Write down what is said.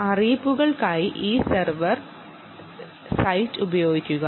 നോട്ടിഫിക്കേഷനുകൾക്കായി ഈ server site ഉപയോഗിക്കുക